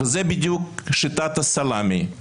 וזה בדיוק שיטת הסלמי,